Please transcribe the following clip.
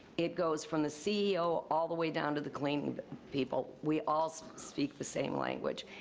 it goes from the ceo, all the way down to the cleaning people. we all speak the same language,